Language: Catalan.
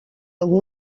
algú